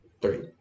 Three